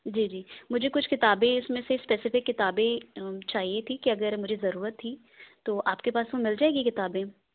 جی جی مجھے کچھ کتابیں اِس میں صرف اسپیسفک کتابیں چاہیے تھیں کہ اگر مجھے ضرورت تھی تو آپ کے پاس وہ مل جائیں گی کتابیں